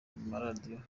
maradiyo